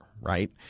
right